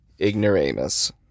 ignoramus